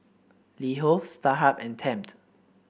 LiHo Starhub and Tempt